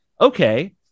okay